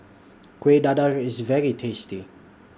Kueh Dadar IS very tasty